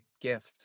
gift